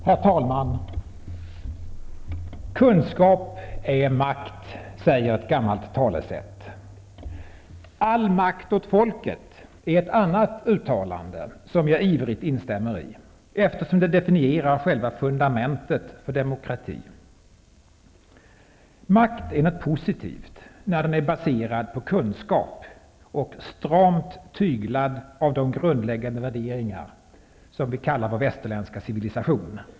Herr talman! Kunskap är makt säger ett gammalt talesätt. All makt åt folket, är ett annat uttalande som jag ivrigt instämmer i, eftersom det definierar själva fundamentet för demokrati. Makt är något positivt när den är baserad på kunskap och stramt tyglad av de grundläggande värderingar som vi kallar vår västerländska civilisation.